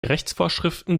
rechtsvorschriften